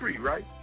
right